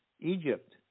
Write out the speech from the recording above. Egypt